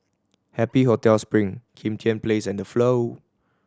Happy Hotel Spring Kim Tian Place and The Flow